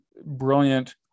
brilliant